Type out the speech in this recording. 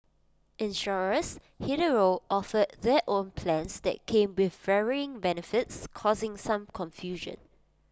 insurers hitherto offered their own plans that came with varying benefits causing some confusion